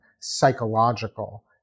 psychological